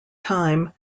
time